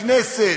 בכנסת,